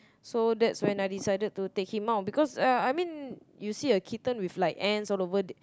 so that's when I decide to take him out because uh I mean you see a kitten with like ants all over the